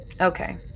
Okay